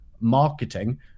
marketing